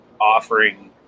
offering